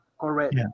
Correct